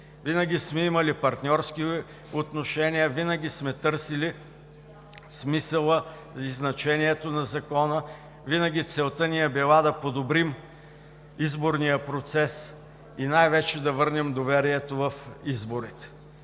Винаги сме имали партньорски отношения, винаги сме търсили смисъла и значението на Закона. Винаги целта ни е била да подобрим изборния процес и най-вече да върнем доверието в изборите.